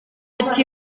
ati